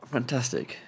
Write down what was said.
Fantastic